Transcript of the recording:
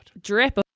drip